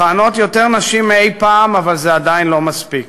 מכהנות יותר נשים מאי פעם, אבל זה עדיין לא מספיק.